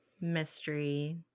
Mystery